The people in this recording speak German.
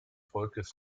volkes